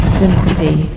sympathy